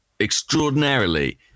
extraordinarily